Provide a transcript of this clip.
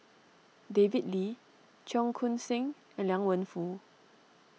David Lee Cheong Koon Seng and Liang Wenfu